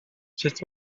sut